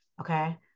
Okay